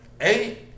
eight